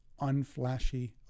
unflashy